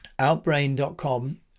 Outbrain.com